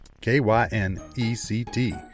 K-Y-N-E-C-T